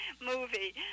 movie